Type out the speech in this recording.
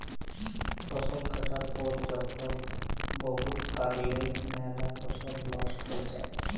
ফসল কাটার পর যখল বহুত কারলে ম্যালা ফসল লস্ট হঁয়ে যায়